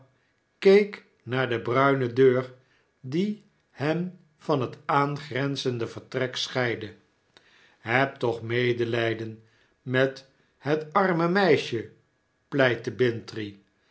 keek naar de bruine deur die hen van het aangrenzende vertrek scheidde heb toch medelpen met hetarme meisje pleitte